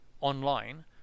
online